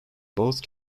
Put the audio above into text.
both